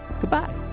goodbye